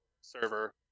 server